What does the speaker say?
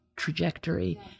trajectory